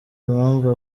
mpamvu